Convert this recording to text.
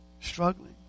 Struggling